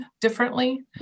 differently